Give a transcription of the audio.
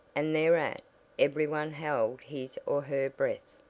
and thereat every one held his or her breath,